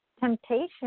Temptation